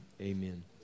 amen